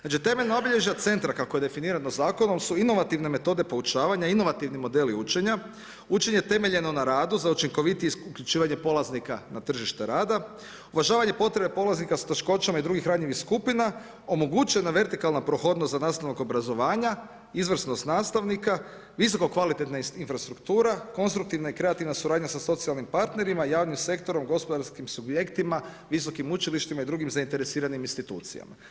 Znači temeljnih obilježe centra kako je definirano zakonom, su inovativne metode poučavanja, inovativni modeli učenja, učenje temeljeno na radu za učinkovitiji uključivanje polaznika na tržište rada, uvažavanja potrebe polaznika sa teškoćama i drugih ranjivih skupina, omogućena vertikalna prohodnost za nastavak obrazovanja, izvrsnost nastavnika, visokokvalitetnih infrastruktura konstruktivna i kreativna suradnja sa socijalnim partnerima i javnim sektorom, gospodarskim subjektima, visokim učilištima i drugih zainteresiranih institucijama.